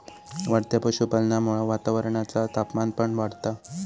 वाढत्या पशुपालनामुळा वातावरणाचा तापमान पण वाढता